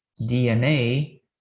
DNA